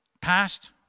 Past